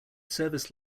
service